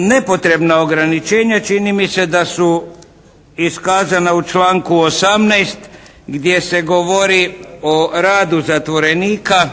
Nepotrebno ograničenje čini mi se da su iskazana u članku 18. gdje se govori o radu zatvorenika